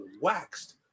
waxed